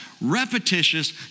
Repetitious